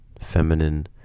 feminine